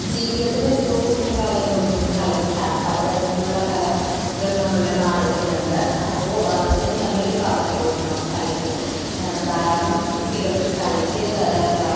ജീവിതത്തിൽ ഏറ്റവും കൂടുതൽ പ്രാധാന്യം കൊടുക്കുന്നത് കലയ്ക്കാണ് പലതരത്തിലുള്ള കലകൾ നമ്മളുടെ നാടുകളിലുണ്ട് അപ്പോൾ അതിൽ നല്ലൊരു പ്രാധാന്യം കൊടുക്കണം കലയ്ക്ക് ധാരാളം കുട്ടികൾക്ക് കലയ്ക്ക് എന്താ